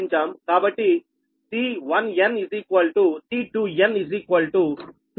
కాబట్టి C1n C2n 2 C12 0